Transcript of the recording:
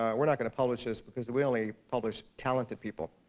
ah we're not going to publish this, because we only publish talented people.